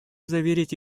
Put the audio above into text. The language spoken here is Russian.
заверить